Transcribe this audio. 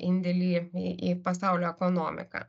indėlį į į pasaulio ekonomiką